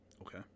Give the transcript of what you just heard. Okay